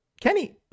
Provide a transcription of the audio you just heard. Kenny